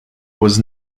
was